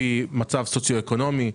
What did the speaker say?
לפי מצב סוציו-אקונומי.